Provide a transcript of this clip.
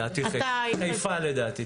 לדעתי חיפה.